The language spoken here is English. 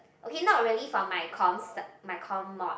okay not really for my comms my core mod